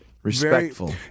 respectful